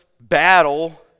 battle